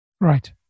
Right